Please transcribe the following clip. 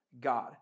God